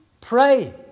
pray